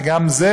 וגם בזה,